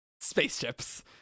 spaceships